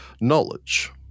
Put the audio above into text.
Knowledge